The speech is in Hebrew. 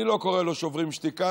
אני לא קורא לו "שוברים שתיקה",